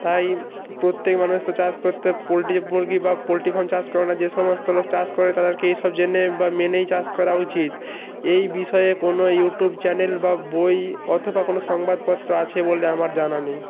তাই প্রত্যেক মানুষ তো চাষ করতে পোল্ট্রি যে মুরগী বা পোল্ট্রি ফার্ম চাষ করানোর যে সমস্ত লোক চাষ করে তাদারকে সব জেনে বা মেনেই চাষ করা উচিত এই বিষয়ে কোনো ইউটুব চ্যানেল বা বই অথবা কোনো সংবাদপত্র আছে বলে আমার জানা নেই